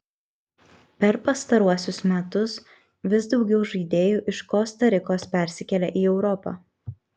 per pastaruosius metus vis daugiau žaidėjų iš kosta rikos persikelia į europą